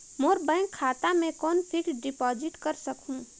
मोर bank खाता मे कौन फिक्स्ड डिपॉजिट कर सकहुं?